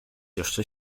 jeszcze